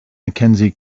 mackenzie